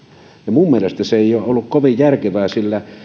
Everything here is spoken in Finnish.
minun mielestäni se ei ole ollut kovin järkevää sillä